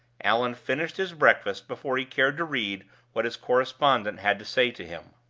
allan finished his breakfast before he cared to read what his correspondent had to say to him.